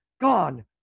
Gone